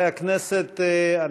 חברי הכנסת,